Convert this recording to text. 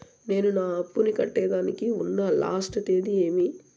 నేను నా అప్పుని కట్టేదానికి ఉన్న లాస్ట్ తేది ఏమి?